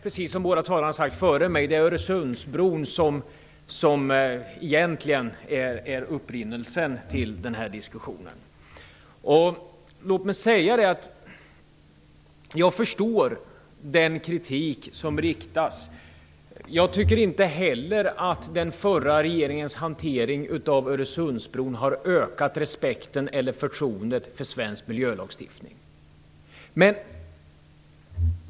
Precis som de båda talarna här har sagt före mig är det Öresundsbron som är den egentliga upprinnelsen till den här diskussionen. Jag förstår den kritik som har riktats. Inte heller jag tycker att den förra regeringens hantering av Öresundsbron har ökat respekten eller förtroendet för svensk miljölagstiftning.